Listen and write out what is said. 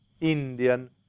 Indian